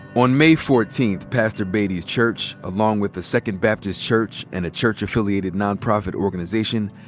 on may fourteenth, pastor baity's church, along with the second baptist church and a church-affiliated nonprofit organization,